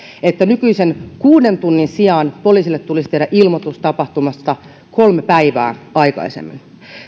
että nykyisen kuuden tunnin sijaan poliisille tulisi tehdä ilmoitus tapahtumasta kolme päivää aikaisemmin